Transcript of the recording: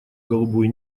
голубой